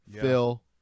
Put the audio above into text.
Phil